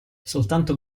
soltanto